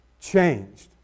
changed